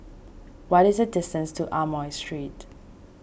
what is the distance to Amoy Street